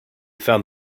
found